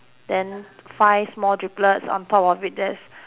then five small driblets on top of it there's